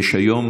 יש היום